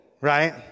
right